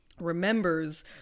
remembers